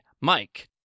Mike